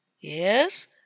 Yes